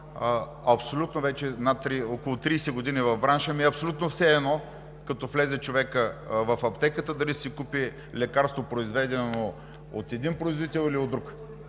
защото вече около 30 години в бранша ми е все едно, като влезе човек в аптеката, дали ще си купи лекарство, произведено от един производител или от друг.